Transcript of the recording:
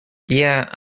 yeah